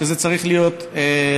שזה צריך להיות אפס.